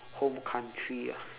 home country ah